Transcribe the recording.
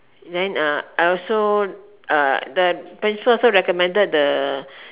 then uh I also uh the principal also recommended the